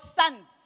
sons